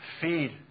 feed